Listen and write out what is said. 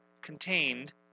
contained